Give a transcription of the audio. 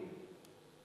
איפה?